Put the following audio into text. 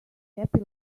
happy